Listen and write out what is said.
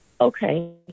Okay